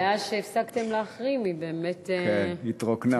מאז שהפסקתם להחרים היא באמת, כן, התרוקנה.